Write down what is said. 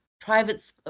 private